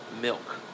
milk